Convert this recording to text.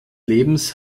lebens